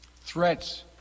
Threats